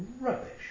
rubbish